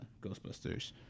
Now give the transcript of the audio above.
Ghostbusters